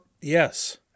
yes